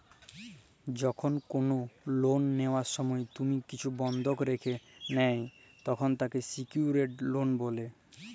যখল কল লন লিয়ার সময় তুমি কিছু বনধক রাখে ল্যয় তখল তাকে স্যিক্যুরড লন বলে